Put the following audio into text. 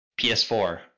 PS4